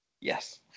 Yes